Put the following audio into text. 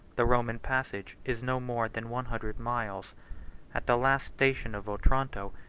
the roman passage, is no more than one hundred miles at the last station of otranto,